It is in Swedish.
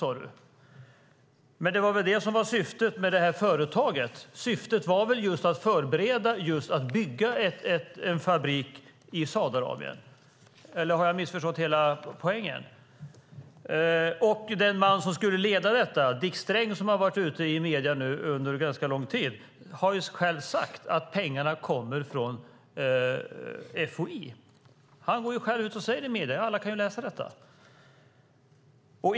Men var det inte det som var syftet med företaget? Syftet var väl just att förbereda för att bygga en fabrik i Saudiarabien. Eller har jag missförstått hela poängen? Dick Sträng, den man som skulle leda detta och som har varit ute i medierna under ganska lång tid, har själv sagt att pengarna kommer från FOI. Han går själv ut och säger detta i medierna. Alla kan läsa det.